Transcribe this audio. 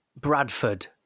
Bradford